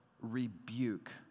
rebuke